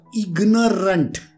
ignorant